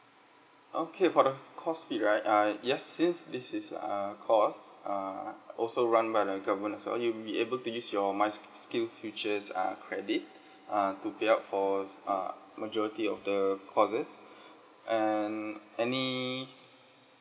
okay for the course fee right uh yes yes since this is a course err also run by the government so you'll be able to use your my skills future's uh credit uh to pay up for uh majority of the courses and any